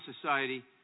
society